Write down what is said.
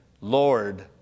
Lord